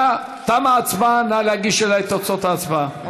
תמה ההצבעה, נא להגיש אלי את תוצאות ההצבעה.